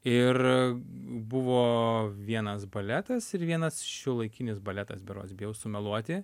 ir buvo vienas baletas ir vienas šiuolaikinis baletas berods bijau sumeluoti